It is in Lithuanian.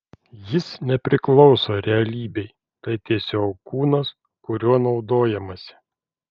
jis nepriklauso realybei tai tiesiog kūnas kuriuo naudojamasi